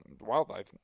wildlife